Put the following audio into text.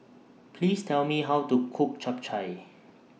Please Tell Me How to Cook Chap Chai